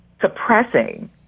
suppressing